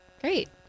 Great